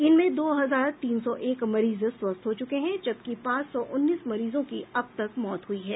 इनमें दो हजार तीर सौ एक मरीज स्वस्थ हो चुके हैं जबकि पांच सौ उन्नीस मरीजों की अब तक मौत हुई है